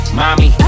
mommy